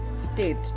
state